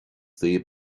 daoibh